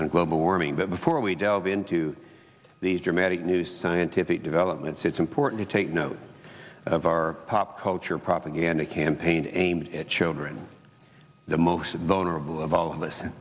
on global warming but before we delve into these dramatic new scientific developments it's important to take note of our pop culture propaganda campaign aimed at children the most vulnerable of all of us